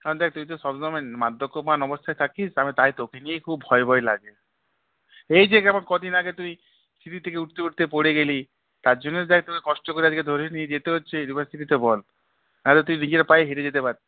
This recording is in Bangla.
কারণ দেখ তুই তো সবসময় মদ্যপান অবস্থায় থাকিস আমি তাই তোকে নিয়েই খুব ভয় ভয় লাগে এই যে যেমন কদিন আগে তুই সিঁড়ি থেকে উঠতে উঠতে পরে গেলি তার জন্যে দেখ তোকে কষ্ট করে আজকে ধরে নিয়ে যেতে হচ্ছে ইউনিভার্সিটিতে বল নাহলে তুই নিজের পায়ে হেঁটে যেতে পারতিস